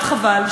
מאוד חבל,